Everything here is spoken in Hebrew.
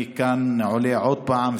אני עולה כאן עוד פעם,